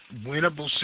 winnable